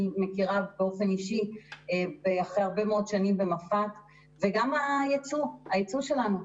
מכירה באופן אישי אחרי הרבה מאוד שנים במפא"ת וגם הייצוא שלנו,